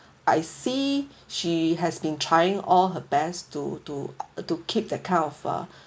I see she has been trying all her best to to uh to keep that kind of uh